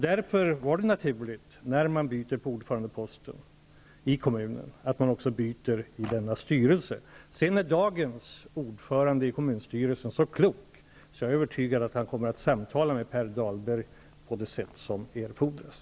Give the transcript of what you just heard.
Därför var det naturligt att när ordförandeposten i kommunen byttes, också ett byte skulle ske i denna styrelse. Dagens ordförande i kommunstyrelsen är så klok att jag är övertygad om att han kommer att samtala med Per Dahlberg på det sätt som erford ras.